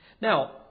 Now